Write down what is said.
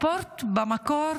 ספורט במקור